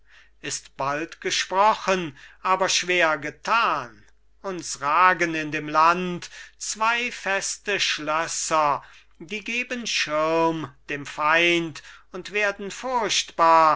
ist bald gesprochen aber schwer getan uns ragen in dem land zwei feste schlösser die geben schirm dem feind und werden furchtbar